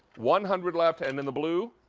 one hundred left. and then the blue,